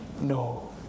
No